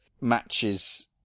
matches